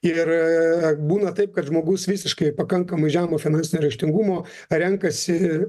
ir būna taip kad žmogus visiškai pakankamai žemo finansinio raštingumo renkasi